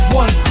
one